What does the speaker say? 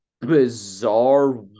bizarre